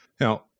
now